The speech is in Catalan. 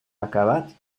acabat